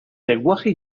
lenguaje